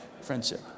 friendship